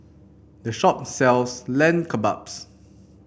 this shop sells Lamb Kebabs